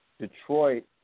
Detroit